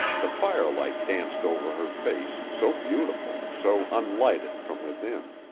the firelight danced over her face, so beautiful, so unlighted from within.